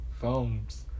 phones